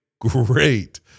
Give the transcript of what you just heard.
great